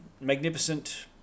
magnificent